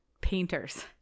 painters